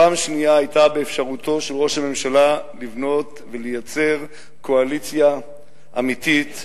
פעם שנייה היה באפשרותו של ראש הממשלה לבנות ולייצר קואליציה אמיתית,